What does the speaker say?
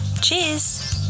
Cheers